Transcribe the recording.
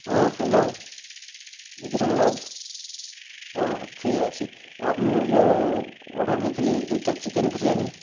ହଁ hello Vikram lodge ହଉ ଠିକ୍ ଅଛି ଆଉ ମୁଁ ଯେଉଁ ଅର୍ଡ଼ର ଦେଇଥିଲି ଦୁଇଟା ଚିକେନ୍ ବିରିୟାନୀ